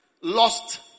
lost